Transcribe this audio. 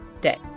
day